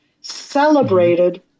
celebrated